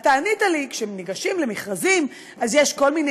ענית לי שכשניגשים למכרזים יש כל מיני